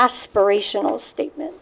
aspirational statement